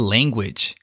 Language